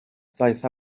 ddaeth